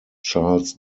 charles